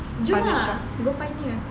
jom ah go pioneer